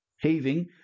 heaving